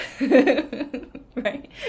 right